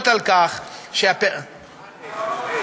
הנגבי.